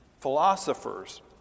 philosophers